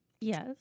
Yes